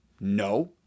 No